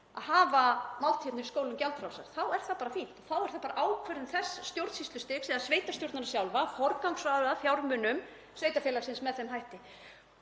að hafa máltíðir í skólum gjaldfrjálsar þá er það bara fínt. Þá er það bara ákvörðun þess stjórnsýslustigs eða sveitarstjórnarinnar sjálfrar að forgangsraða fjármunum sveitarfélagsins með þeim hætti